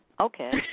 Okay